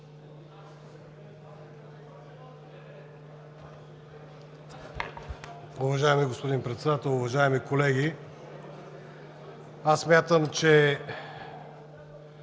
Уважаеми господин Председател, уважаеми колеги, позволете